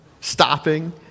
stopping